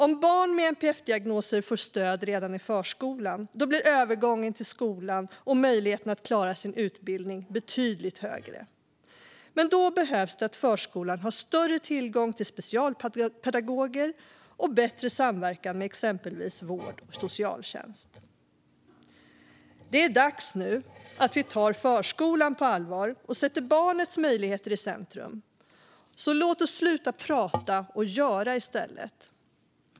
Om barn med NPF-diagnoser får stöd redan i förskolan blir övergången till skolan och möjligheten att klara sin utbildning betydligt större. Men då behöver förskolan ha större tillgång till specialpedagoger och bättre samverkan med exempelvis vård och socialtjänst. Det är dags nu att vi tar förskolan på allvar och sätter barnets möjligheter i centrum. Låt oss därför sluta prata och göra något i stället!